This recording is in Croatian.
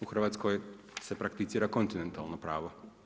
U Hrvatskoj se prakticira kontinentalno pravo.